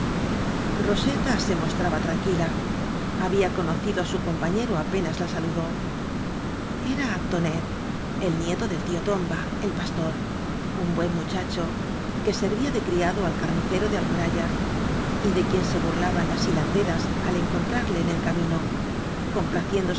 roseta se mostraba tranquila había cono cido á su compañero apenas la saludó era tonet el nieto del tío tomba el pastor un buen muchacho que servía de criado al carni cero de alboraya y de quien se burlaban las hilanderas al encontrarle en el camino